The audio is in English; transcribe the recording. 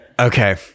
Okay